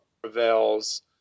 prevails